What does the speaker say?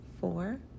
four